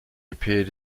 appeared